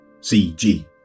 CG